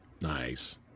Nice